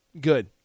good